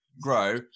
grow